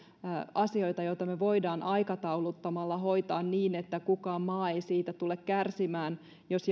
asioita joita me voimme aikatauluttamalla hoitaa niin että mikään maa ei siitä tule kärsimään jos